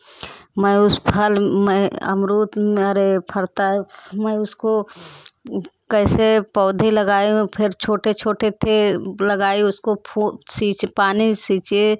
मैं उस फल में अमरूद मेरे फलता है मैं उसको कैसे पौधे लगाए हैं फिर छोटे छोटे तो लगाई उसको वह सींचे पानी सींचे